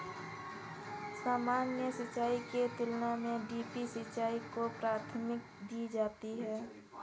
सामान्य सिंचाई की तुलना में ड्रिप सिंचाई को प्राथमिकता दी जाती है